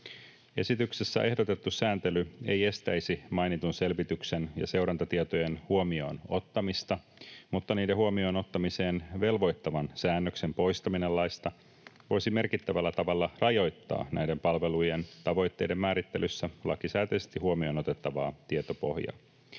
Esityksessä ehdotettu sääntely ei estäisi mainitun selvityksen ja seurantatietojen huomioon ottamista, mutta niiden huomioon ottamiseen velvoittavan säännöksen poistaminen laista voisi merkittävällä tavalla rajoittaa näiden palvelujen tavoitteiden määrittelyssä lakisääteisesti huomioon otettavaa tietopohjaa.